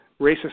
racist